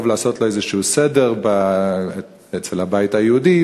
ולעשות לו איזשהו סדר אצל הבית היהודי,